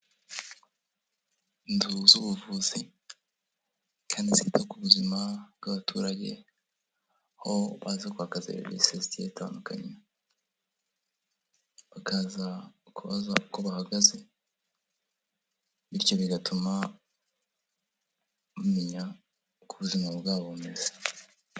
Inzu z'ubuvuzi kandi zita ku buzima bw'abaturage, aho baza kwaka serivise zigiye zitandukanye. Bakaza kubaza uko bahagaze, bityo bigatuma bamenya uko ubuzima bwabo bumeze.